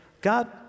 God